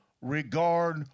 regard